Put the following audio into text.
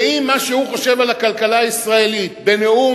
ואם מה שהוא חושב על הכלכלה הישראלית בנאום